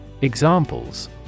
Examples